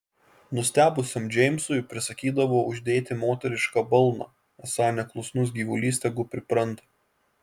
nustebusiam džeimsui prisakydavo uždėti moterišką balną esą neklusnus gyvulys tegu pripranta